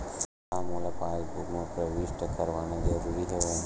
का मोला पासबुक म प्रविष्ट करवाना ज़रूरी हवय?